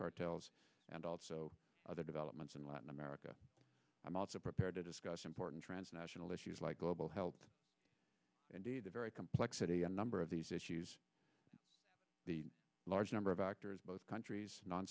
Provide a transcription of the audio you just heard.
cartels and also other developments in latin america i'm also prepared to discuss important transnational issues like global health and the very complexity a number of these issues large number of actors both countries non